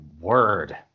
word